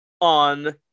on